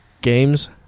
Games